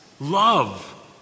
love